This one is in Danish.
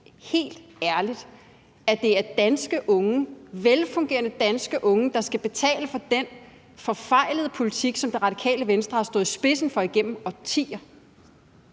helt ærligt, at det er danske unge, velfungerende danske unge, der skal betale for den forfejlede politik, som Radikale Venstre har stået i spidsen for igennem årtier?